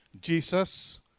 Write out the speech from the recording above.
Jesus